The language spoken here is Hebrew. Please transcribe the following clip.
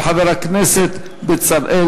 של חבר הכנסת בצלאל